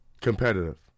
Competitive